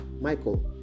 Michael